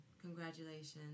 congratulations